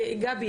גבי,